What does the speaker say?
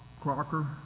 Crocker